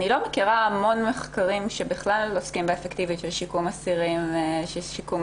אני לא מכירה הרבה מחקרים שעוסקים באפקטיביות של שיקום אסירים בארץ,